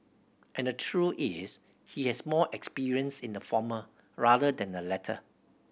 and the truth is he has more experience in the former rather than the latter